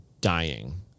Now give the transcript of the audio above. dying